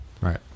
Right